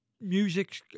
music